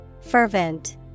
Fervent